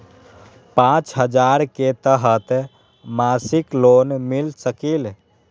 पाँच हजार के तहत मासिक लोन मिल सकील?